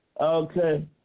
Okay